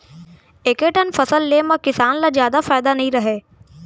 एके ठन फसल ले म किसान ल जादा फायदा नइ रहय